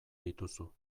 dituzu